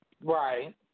Right